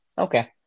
Okay